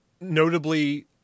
notably